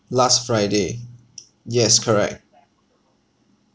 last friday yes correct